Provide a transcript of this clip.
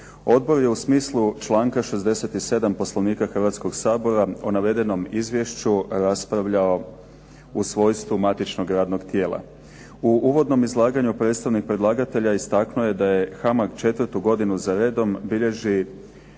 Odbor je u smislu članka 67. Poslovnika Hrvatskoga sabora o navedenom izvješću raspravljao u svojstvu matičnog radnog tijela. U uvodnom izlaganju predstavnik predlagatelja istaknuo je da HAMAG četvrtu godinu za redom bilježi